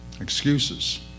Excuses